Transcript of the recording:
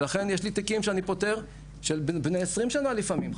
ולכן יש לי תיקים שאני פותר בני 20 שנים לפעמים,